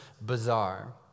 bizarre